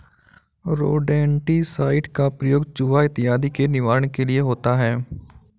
rodenticide का प्रयोग चुहा इत्यादि के निवारण के लिए होता है